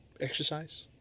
exercise